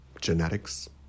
genetics